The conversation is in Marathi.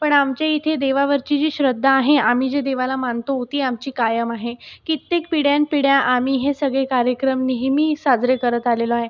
पण आमच्या इथे देवावरची जी श्रद्धा आहे आम्ही जे देवाला मानतो ती आमची कायम आहे कित्येक पिढ्यानपिढ्या आम्ही हे सगळे कार्यक्रम नेहमी साजरे करत आलेलो आहे